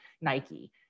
Nike